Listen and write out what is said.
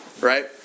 right